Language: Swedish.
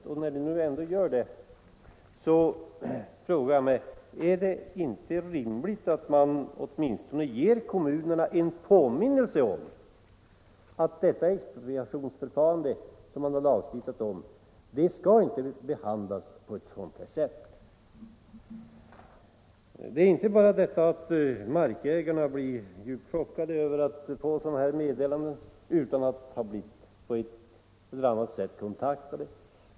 Och när det nu gör det frågar jag mig vidare: Är det inte rimligt att man åtminstone ger kommunerna en påminnelse om att detta expropriationsförfarande, som man har lagstiftat om, inte skall tillämpas på ett sådant sätt? Det är inte bara det att markägarna blir chockade av att få sådana här meddelanden utan att ha blivit på ett eller annat sätt kontaktade.